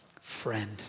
friend